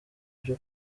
byo